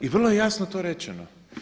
I vrlo je jasno to rečeno.